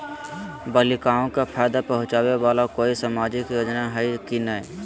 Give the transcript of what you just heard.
बालिकाओं के फ़ायदा पहुँचाबे वाला कोई सामाजिक योजना हइ की नय?